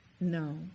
No